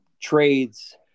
trades